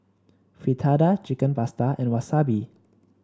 Fritada Chicken Pasta and Wasabi